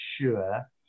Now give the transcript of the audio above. sure